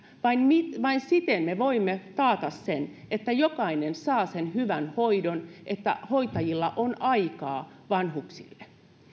vain siten me voimme taata että jokainen saa hyvän hoidon ja että hoitajilla on aikaa vanhuksille